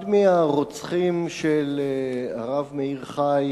אחד מהרוצחים של הרב מאיר חי,